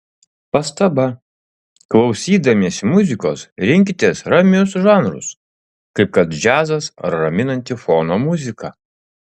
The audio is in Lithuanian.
pastaba klausydamiesi muzikos rinkitės ramius žanrus kaip kad džiazas ar raminanti fono muzika